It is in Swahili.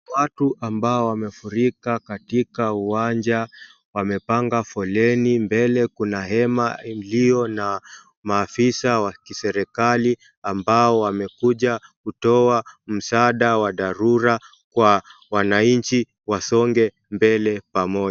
Watu ambao wamefurika katika uwanja wamepanga foleni mbele kuna hema iliyo na maafisa wa kiserikali ambao wamekuja kutoa msaada wa dharura kwa wananchi wasonge mbele pamoja.